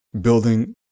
building